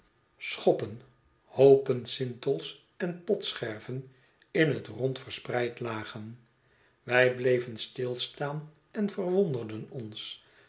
schoppen hoopen sintels en potscherven in het rond verspreid lagen wij bleven stilstaan en verwonderden ons